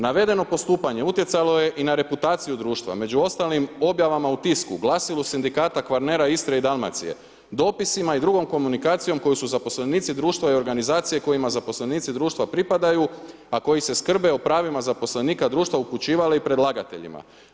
Navedeno postupanje utjecalo je i na reputaciju društva, među ostalim objavama u tisku, glasilu sindikata Kvarnera, Istre i Dalmacije, dopisima i drugom komunikacijom koju su zaposlenici društva i organizacije kojima zaposlenici društva pripadaju, a koji se skrbe o pravima zaposlenika društva upućivali predlagateljima.